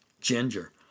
Ginger